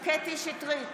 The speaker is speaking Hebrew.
קטי קטרין שטרית,